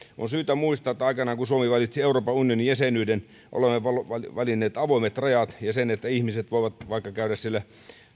on syytä muistaa että aikanaan kun suomi valitsi euroopan unionin jäsenyyden olemme valinneet avoimet rajat ja sen että ihmiset voivat vaikka käydä siellä